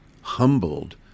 humbled